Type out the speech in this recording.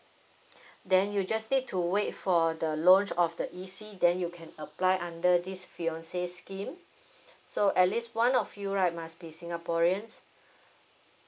then you just need to wait for the loans of the E_C then you can apply under this fiancé scheme so at least one of you right must be singaporeans